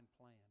plan